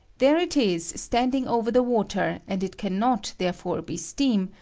there it is standing over the water, and it can not therefore be steam,